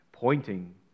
pointing